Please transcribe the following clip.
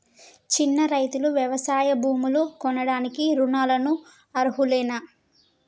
చిన్న రైతులు వ్యవసాయ భూములు కొనడానికి రుణాలకు అర్హులేనా?